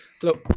hello